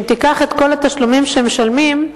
אם תיקח את כל התשלומים שמשלמים,